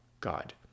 God